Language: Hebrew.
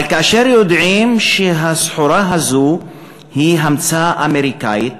אבל כאשר יודעים שהסחורה הזאת היא המצאה אמריקנית